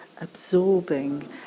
absorbing